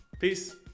Peace